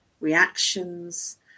reactions